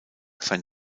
sein